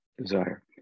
desire